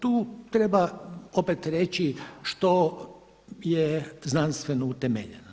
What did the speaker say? Tu treba opet reći što je znanstveno utemeljeno.